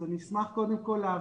אז אני אשמח להבין,